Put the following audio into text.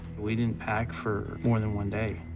we didn't pack for more than one day.